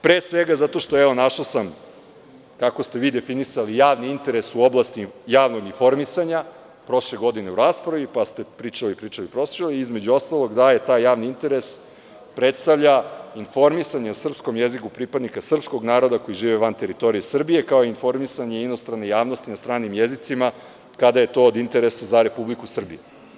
Pre svega, evo, našao sam kako ste vi definisali javni interes u oblasti javnog informisanja prošle godine u raspravi, pa ste pričali, pričali i pričali, između ostalog, da taj javni interes predstavlja informisanje na srpskom jeziku pripadnika srpskog naroda koji žive van teritorije Srbije, kao informisanje inostrane javnosti na stranim jezicima, kada je to od interesa za Republiku Srbiju.